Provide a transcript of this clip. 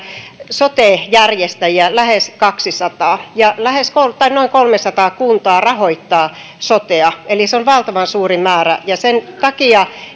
sote järjestäjiä lähes kaksisataa ja noin kolmesataa kuntaa rahoittaa sotea eli se on valtavan suuri määrä ja sen takia